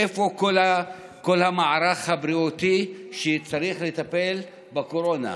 איפה כל המערך הבריאותי שצריך לטפל בקורונה?